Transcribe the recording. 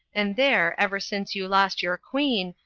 and there, ever since you lost your queen,